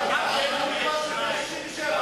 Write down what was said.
יש שתיים.